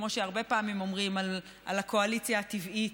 כמו שהרבה פעמים אומרים על הקואליציה הטבעית,